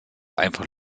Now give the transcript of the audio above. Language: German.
einfach